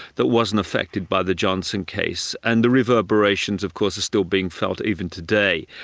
that wasn't affected by the johnson case. and the reverberations of course are still being felt even today.